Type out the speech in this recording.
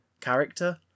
character